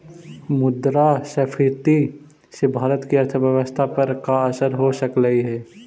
मुद्रास्फीति से भारत की अर्थव्यवस्था पर का असर हो सकलई हे